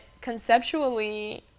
conceptually